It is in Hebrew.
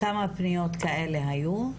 כמה פניות כאלה היו?